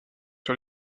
sur